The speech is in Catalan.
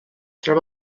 troba